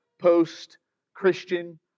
post-Christian